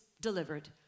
delivered